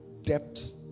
depth